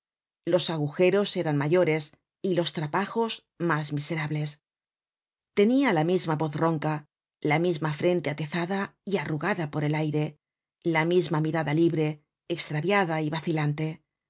los agujeros eran mayores y los trapajos mas miserables tenia la misma voz ronca la misma frente atezada y arrugada por el aire la misma mirada libre estraviada y vacilante